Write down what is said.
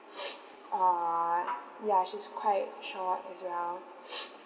uh ya she's quite short as well